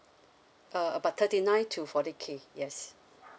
uh about thirty nine to forty K yes